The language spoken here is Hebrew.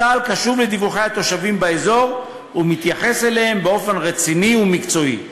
צה"ל קשוב לדיווחי התושבים באזור ומתייחס אליהם באופן רציני ומקצועי.